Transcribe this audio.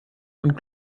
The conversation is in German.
und